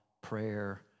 prayer